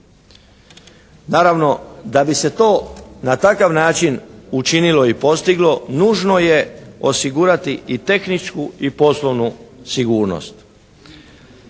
Naravno da bi se to na takav način učinilo i postiglo, nužno je osigurati i tehničku i poslovnu sigurnost.